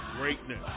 greatness